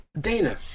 Dana